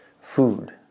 food